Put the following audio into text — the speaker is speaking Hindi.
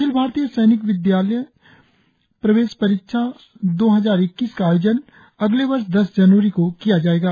अखिल भारतीय सैनिक विद्यालयों प्रवेश परीक्षा दो हजार ईक्कीस का आयोजन अगले वर्ष दस जनवरी को किया जाएगा